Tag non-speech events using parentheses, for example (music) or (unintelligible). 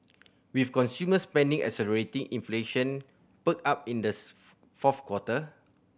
with consumer spending accelerating inflation perked up in the (unintelligible) fourth quarter